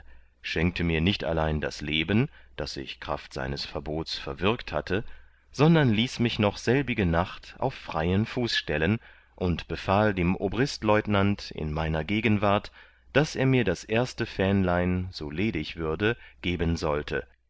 schenkte mir nicht allein das leben das ich kraft seines verbots verwürkt hatte sondern ließ mich noch selbige nacht auf freien fuß stellen und befahl dem obristleutenant in meiner gegenwart daß er mir das erste fähnlein so ledig würde geben sollte